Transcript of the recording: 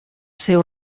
seu